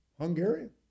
Hungarian